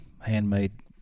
handmade